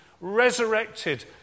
resurrected